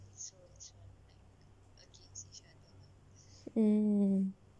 mm